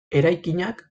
eraikinak